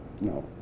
No